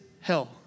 hell